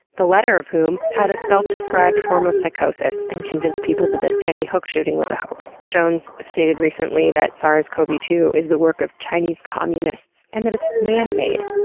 the latter of whom had a self described form of psychosis, and convinced people that the sandy hook shooting was a hoax. jones stated recently that sars cov two is the work of chinese communists and that it's man-made,